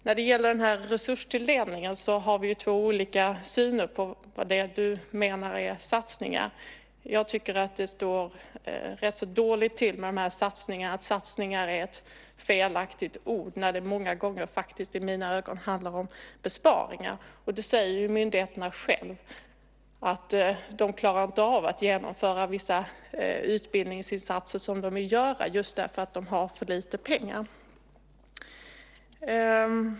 När det gäller resurstilldelningen har vi två olika syner på det som du menar är satsningar. Jag tycker att det står rätt så dåligt till med de här satsningarna och att satsningar är ett felaktigt ord när det många gånger i mina ögon handlar om besparingar. Myndigheterna säger ju själva att de inte klarar av att genomföra vissa utbildningsinsatser som de vill göra just därför att de har för lite pengar.